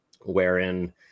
wherein